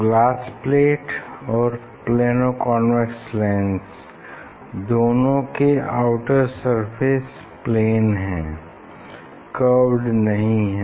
glass plate और plano convex lens दोनों के आउटर सरफेस प्लेन हैं कर्व्ड नहीं है